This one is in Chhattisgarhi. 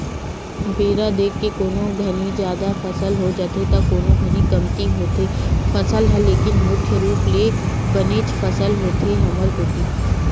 बेरा देख के कोनो घानी जादा फसल हो जाथे त कोनो घानी कमती होथे फसल ह लेकिन मुख्य रुप ले बनेच फसल होथे हमर कोती